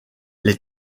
les